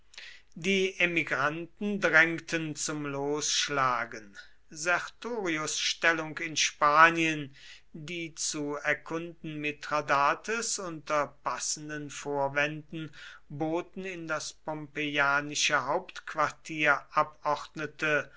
die emigranten drängten zum losschlagen sertorius stellung in spanien die zu erkunden mithradates unter passenden vorwänden boten in das pompeianische hauptquartier abordnete